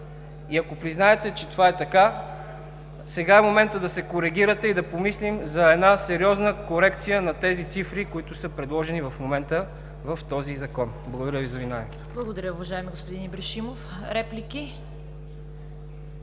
и ако признаете, че това е така, сега е моментът да се коригирате и да помислим за една сериозна корекция на тези цифри, които са предложени в момента в този Закон. Благодаря Ви за вниманието. ПРЕДСЕДАТЕЛ ЦВЕТА КАРАЯНЧЕВА: Благодаря, уважаеми господин Ибришимов. Реплики?